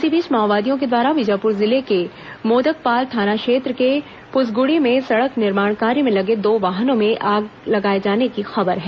इस बीच माओवादियों द्वारा बीजापुर जिले के मोदकपाल थाना क्षेत्र के पुसगुड़ी में सड़क निर्माण कार्य में लगे दो वाहनों में आग लगाए जाने की खबर है